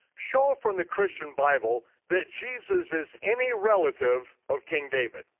show from the christian bible that jesus is any relative of king david.